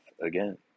again